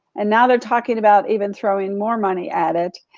and now they're talking about even throwing more money at it.